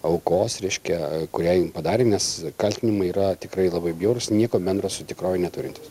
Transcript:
aukos reiškia kuriai padarėm nes kaltinimai yra tikrai labai bjaurūs nieko bendro su tikrove neturintys